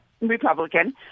republican